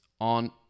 on